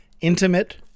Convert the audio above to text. intimate